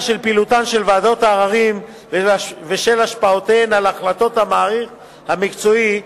של פעילותן של ועדות העררים ושל השפעותיהן על החלטות המעריך המקצועי,